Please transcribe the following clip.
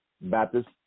Baptist